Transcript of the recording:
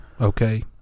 Okay